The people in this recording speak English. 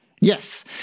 Yes